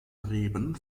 reben